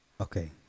Okay